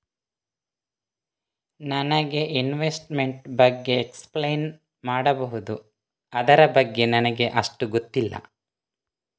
ನನಗೆ ಇನ್ವೆಸ್ಟ್ಮೆಂಟ್ ಬಗ್ಗೆ ಎಕ್ಸ್ಪ್ಲೈನ್ ಮಾಡಬಹುದು, ಅದರ ಬಗ್ಗೆ ನನಗೆ ಅಷ್ಟು ಗೊತ್ತಿಲ್ಲ?